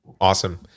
Awesome